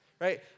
Right